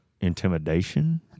intimidation